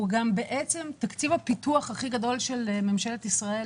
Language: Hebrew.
גם תקציב הפיתוח הכי גדול של ממשלת ישראל,